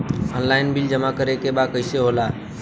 Online bill जमा करे के बा कईसे होगा?